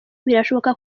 birashoboka